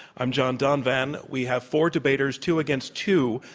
i'm john donvan. we have four debaters, two against two,